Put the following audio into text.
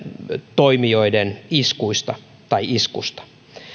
toimijoiden iskuista